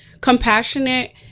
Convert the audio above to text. compassionate